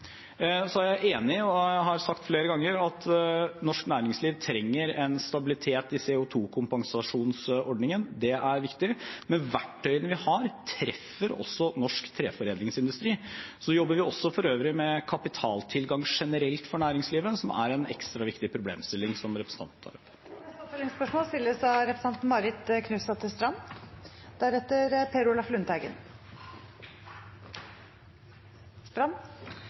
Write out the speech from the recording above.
Jeg er enig i, og har sagt flere ganger, at norsk næringsliv trenger en stabilitet i CO 2 -kompensasjonsordningen. Det er viktig. Men verktøyene vi har, treffer også norsk treforedlingsindustri. Vi jobber også generelt med kapitaltilgang for næringslivet, som er en ekstra viktig problemstilling som representanten tar opp. Det blir oppfølgingsspørsmål – først Marit Knutsdatter Strand.